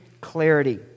clarity